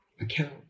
account